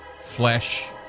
flesh